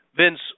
Vince